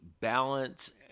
balance